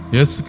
Yes